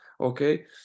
okay